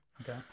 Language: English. Okay